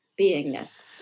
beingness